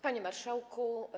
Panie Marszałku!